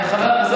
לא רק לבדוק.